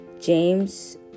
James